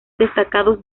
destacados